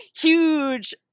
huge